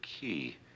key